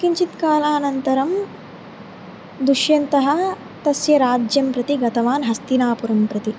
किञ्चित् कालानन्तरं दुष्यन्तः तस्य राज्यं प्रति गतवान् हस्तिनापुरं प्रति